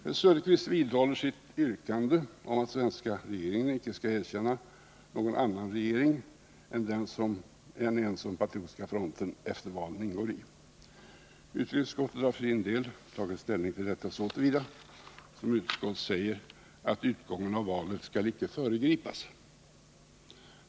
Herr Söderqvist vidhåller sitt yrkande att den svenska regeringen inte skall erkänna någon annan regering än en som Patriotiska fronten efter valet ingår i. Utrikesutskottet har för sin del tagit ställning till detta yrkande så till vida att utskottet säger att utgången av valen inte skall föregripas.